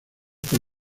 por